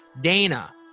dana